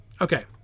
Okay